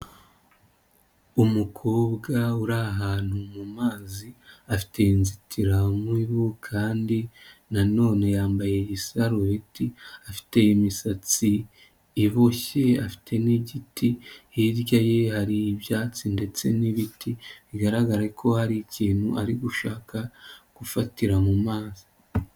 Umukobwa uri ahantu mu mazi, afite inzitiramubu kandi na none yambaye isarubeti, afite imisatsi iboshye afite n'igiti, hirya ye hari ibyatsi ndetse n'ibiti, bigaragare ko hari ikintu ari gushaka gufatira mu mazi.